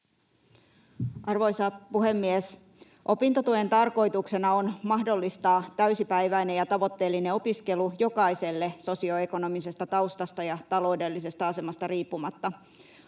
Arvoisa puhemies! Opintotuen tarkoituksena on mahdollistaa täysipäiväinen ja tavoitteellinen opiskelu jokaiselle sosioekonomisesta taustasta ja taloudellisesta asemasta riippumatta.